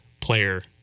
player